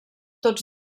tots